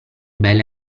bella